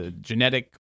genetic